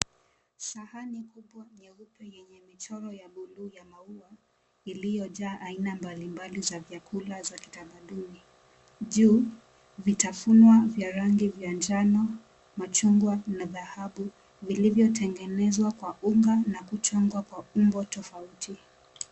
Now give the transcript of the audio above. Sahani kubwa nyeupe yenye michoro ya bluu ya maua iliyojaa aina mbalimbali za chakula za kitamaduni. Juu vitafunwa vya rangi ya njano, machungwa na dhahabu vilivyotengenezwa kwa unga na kuchongwa kwa umbo tofauti.